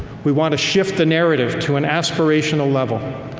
we want to shift the narrative to an aspirational level.